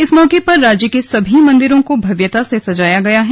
इस मौके पर राज्य के सभी मंदिरों को भव्यता से सजाया गया है